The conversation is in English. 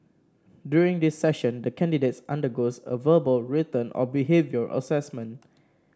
during this session the candidate undergoes a verbal written and behavioural assessment